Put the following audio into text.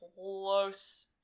close